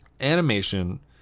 Animation